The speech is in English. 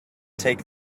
take